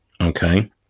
Okay